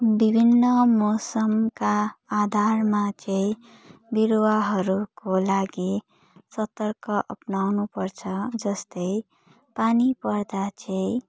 विभिन्न मौसमका आधारमा चाहिँ बिरूवाहरूको लागि सतर्क अपनाउनु पर्छ जस्तै पानी पर्दा चाहिँ